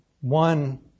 one